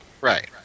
right